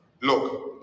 Look